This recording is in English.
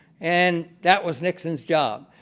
and that was nixon's job.